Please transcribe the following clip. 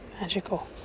magical